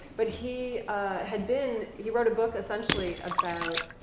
but he had been he wrote a book essentially about